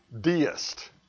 deist